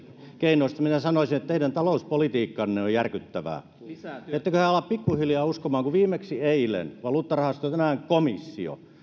keinoista minä sanoisin että teidän talouspolitiikkanne on järkyttävää ettekö te ala pikkuhiljaa uskomaan kun viimeksi eilen valuuttarahasto tänään komissio